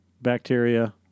Bacteria